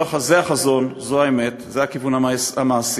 זה החזון, זו האמת, זה הכיוון המעשי,